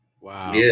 Wow